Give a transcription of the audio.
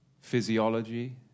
physiology